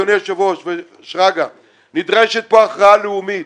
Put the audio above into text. אדוני היושב-ראש ושרגא, נדרשת פה הכרעה לאומית.